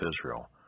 Israel